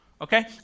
Okay